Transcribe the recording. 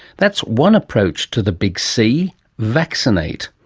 that's one approach to the big c vaccinate.